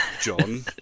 John